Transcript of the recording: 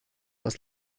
aus